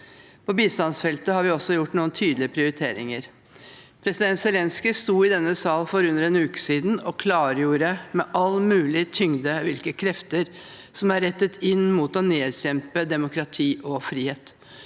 På bistandsfeltet har vi også gjort noen tydelige prioriteringer. President Zelenskyj sto i denne sal for under en uke siden og klargjorde med all mulig tyngde hvilke krefter som er rettet inn mot å nedkjempe demokrati og frihet.